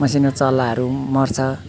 मसिनो चल्लाहरू मर्छ